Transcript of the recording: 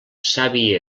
savi